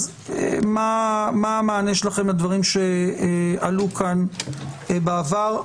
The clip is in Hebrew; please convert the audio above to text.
אז מה המענה שלכם לדברים שעלו כאן בעבר.